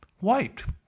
Wiped